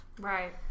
Right